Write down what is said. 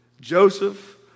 Joseph